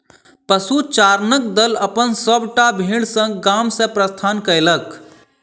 पशुचारणक दल अपन सभटा भेड़ संग गाम सॅ प्रस्थान कएलक